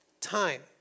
time